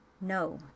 No